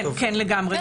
לגמרי.